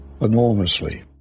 enormously